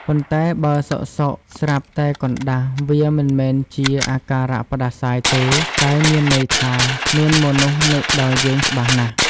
ប៉ុន្តែ បើសុខៗស្រាប់តែកណ្ដាស់ វាមិនមែនជាអាការៈផ្តាសាយទេ តែមានន័យថា មានមនុស្សនឹកដល់យើងច្បាស់ណាស់។